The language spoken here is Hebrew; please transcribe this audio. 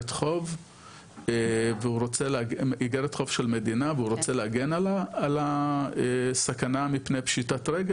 חוב של מדינה והוא רוצה להגן על הסכנה מפני פשיטת רגל,